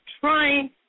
trying